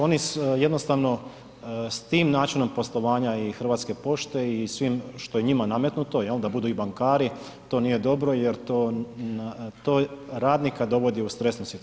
Oni jednostavno s tim načinom poslovanja i Hrvatske pošte i svim što je njima nametnuto jel da budu i bankari, to nije dobro jer to radnika dovodi u stresnu situaciju.